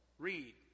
Read